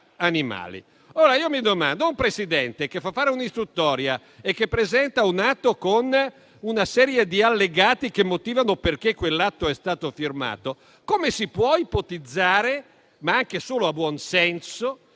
Ora mi domando: se un Presidente fa fare un'istruttoria e presenta un atto con una serie di allegati che motivano le ragioni per cui quell'atto è stato firmato, come si può ipotizzare, anche solo per buonsenso,